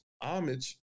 homage